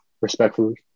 respectfully